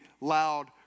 loud